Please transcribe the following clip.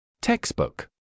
Textbook